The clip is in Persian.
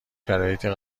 شرایطی